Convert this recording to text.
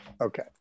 Okay